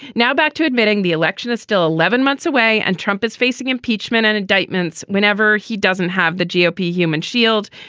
now back to admitting the election is still eleven months away and trump is facing impeachment and indictments whenever he doesn't have the gop human shield.